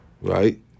right